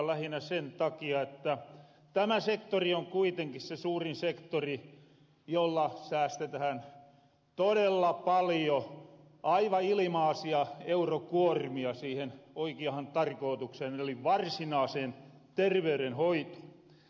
lähinnä sen takia että tämä sektori on kuitenkin se suurin sektori jolla säästetähän torella paljon aivan ilmaasia eurokuormia siihen oikiahan tarkootukseen eli varsinaaseen terveyrenhoitoon